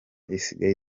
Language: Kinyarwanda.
isigaye